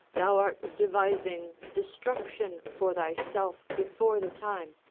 thou art devising destruction for thyself before the time.